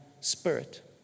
spirit